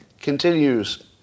continues